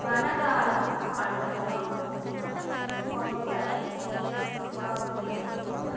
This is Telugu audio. వానాకాలం పంటలు మాకు పండుతాయి నీటివాగు లేదు